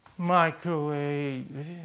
microwave